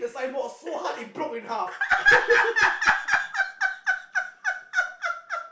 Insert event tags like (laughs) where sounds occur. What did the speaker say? (laughs)